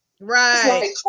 Right